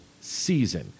season